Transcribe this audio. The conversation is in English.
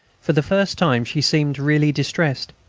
for the first time, she seemed really distressed.